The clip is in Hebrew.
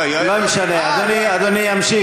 לא משנה, אדוני ימשיך.